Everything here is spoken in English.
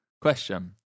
question